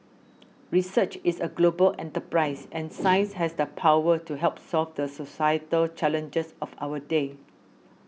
research is a global enterprise and science has the power to help solve the societal challenges of our day